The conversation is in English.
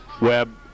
web